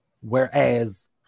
Whereas